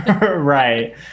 Right